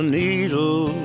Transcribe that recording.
needle